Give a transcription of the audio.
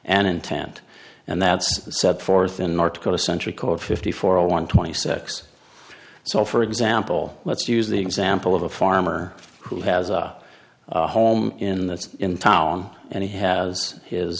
and intent and that's set forth in north dakota centric or fifty four or one twenty six so for example let's use the example of a farmer who has a home in that's in town and he has his